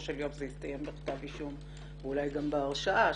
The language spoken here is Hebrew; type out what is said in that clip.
של יום זה יסתיים בכתב אישום ואולי גם בהרשעה,